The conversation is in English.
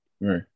Right